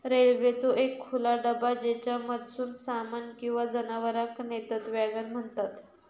रेल्वेचो एक खुला डबा ज्येच्यामधसून सामान किंवा जनावरांका नेतत वॅगन म्हणतत